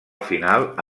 final